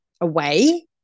away